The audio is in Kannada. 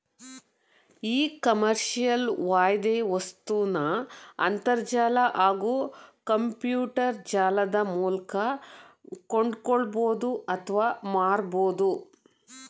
ಇ ಕಾಮರ್ಸ್ಲಿ ಯಾವ್ದೆ ವಸ್ತುನ ಅಂತರ್ಜಾಲ ಹಾಗೂ ಕಂಪ್ಯೂಟರ್ಜಾಲದ ಮೂಲ್ಕ ಕೊಂಡ್ಕೊಳ್ಬೋದು ಅತ್ವ ಮಾರ್ಬೋದು